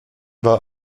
war